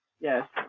Yes